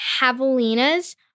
javelinas